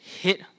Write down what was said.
hit